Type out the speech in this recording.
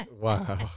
Wow